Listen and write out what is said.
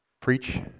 preach